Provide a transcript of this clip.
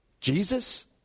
Jesus